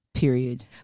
period